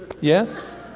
Yes